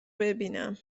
ببینم